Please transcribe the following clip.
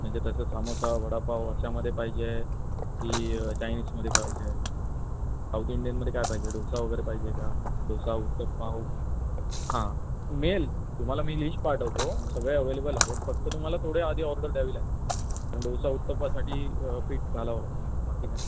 म्हणजे तसं सामोसा वडापाव अशामध्ये पाहिजे की चायनीजमध्ये पाहिजे साऊथ इंडियनमध्ये काय पाहिजे डोसा वगैरे पाहिजे का डोसा उत्तपाव हां मेल तुम्हाला मी लिस्ट पाठवतो सगळे अवेलेबल आहेत फक्त तुम्हाला थोडे आधी ऑर्डर द्यावी लागेल कारण डोसा उत्तपासाठी पीठ घालावं लागतं म्हणून बाकी काय